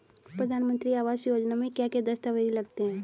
प्रधानमंत्री आवास योजना में क्या क्या दस्तावेज लगते हैं?